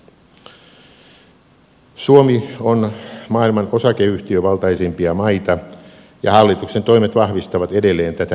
suomi on maailman osakeyhtiövaltaisimpia maita ja hallituksen toimet vahvistavat edelleen tätä kehitystä